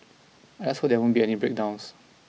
I just hope there won't be any breakdowns